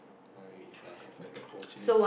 hi If I have an